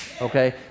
Okay